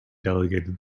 delegated